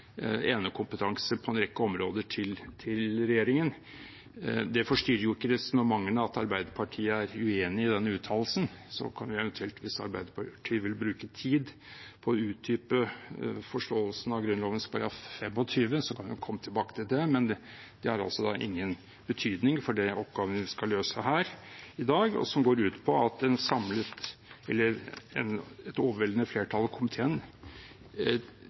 på en rekke områder til regjeringen. Det forstyrrer jo ikke resonnementene at Arbeiderpartiet er uenig i den uttalelsen. Vi kan eventuelt, hvis Arbeiderpartiet vil bruke tid på å utdype forståelsen av Grunnloven § 25, komme tilbake til det, men det har ingen betydning for den oppgaven vi skal løse her i dag, og som går ut på at et overveldende flertall i komiteen tilrår Stortinget ikke å vedta forslaget fra representanten Moxnes, viser til de styringsordningene vi har, og at vi gjennom komiteen